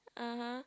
(uh huh)